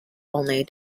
only